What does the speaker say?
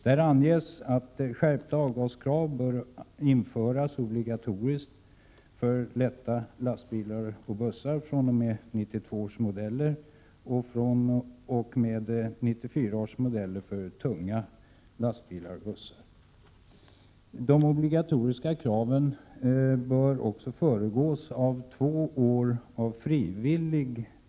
Där anges att skärpta avgasreningskrav bör införas obligatoriskt för lätta lastbilar och bussar fr.o.m. 1992 års modeller och fr.o.m. 1994 års modeller för tunga lastbilar och bussar. De obligatoriska kraven bör föregås av två år av frivillig tillämpning. 89 Prot.